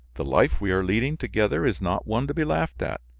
the life we are leading together is not one to be laughed at.